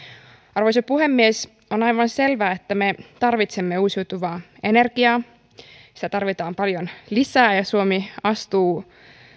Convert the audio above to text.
arvoisa puhemies on aivan selvää että me tarvitsemme uusiutuvaa energiaa sitä tarvitaan paljon lisää ja suomi astuu